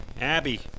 Abby